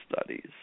studies